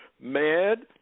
mad